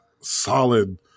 solid